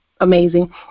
amazing